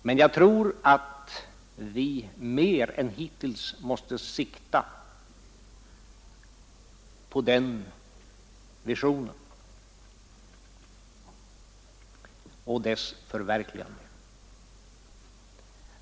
Men jag tror att vi mer än hittills måste sikta på den visionen och dess förverkligande.